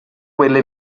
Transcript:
quella